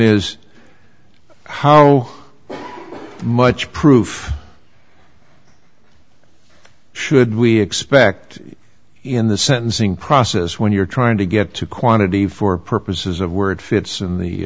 is how much proof should we expect in the sentencing process when you're trying to get to quantity for purposes of word fits in the